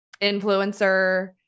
influencer